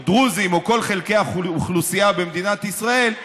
דרוזים או כל חלקי האוכלוסייה במדינת ישראל,